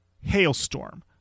Hailstorm